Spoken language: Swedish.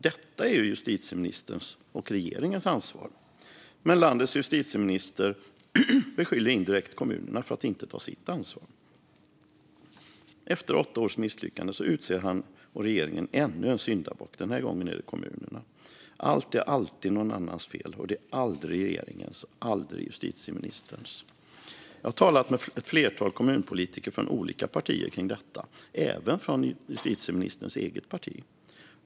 Detta är justitieministerns och regeringens ansvar. Men landets justitieminister beskyller indirekt kommunerna för att inte ta sitt ansvar. Efter åtta års misslyckanden utser han ännu en syndabock, den här gången kommunerna. Allt är alltid någon annans fel, aldrig regeringens och aldrig justitieministerns. Jag har talat om detta med ett flertal kommunpolitiker från olika partier, även justitieministerns eget parti.